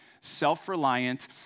self-reliant